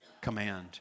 command